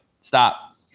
stop